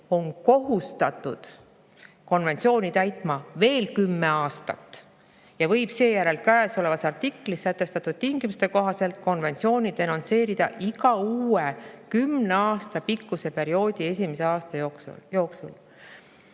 on kohustatud konventsiooni täitma veel kümme aastat ja võib seejärel käesolevas artiklis sätestatud tingimuste kohaselt konventsiooni denonsseerida iga uue kümne aasta pikkuse perioodi esimese aasta jooksul. Seega